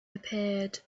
appeared